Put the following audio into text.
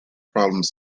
problems